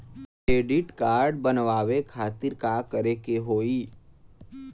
Credit card बनवावे खातिर का करे के होई?